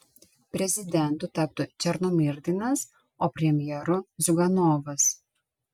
prezidentu taptų černomyrdinas o premjeru ziuganovas